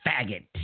faggot